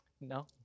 No